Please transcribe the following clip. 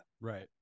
Right